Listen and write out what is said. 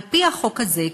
על-פי החוק הזה,